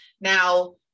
Now